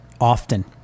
often